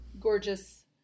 gorgeous